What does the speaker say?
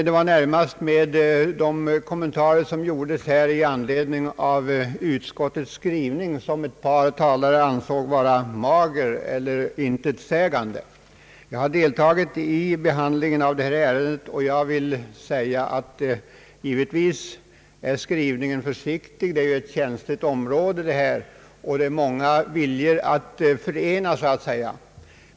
Det var närmast ett par talares kommentarer till utskottets skrivning, som man ansåg mager eller intetsägande, som föranleder mig att ta till orda, eftersom jag har deltagit i behandlingen av detta ärende. Givetvis är skrivningen försiktig — det är ju en känslig fråga — eftersom det gäller att förena många olika viljor.